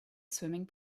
swimming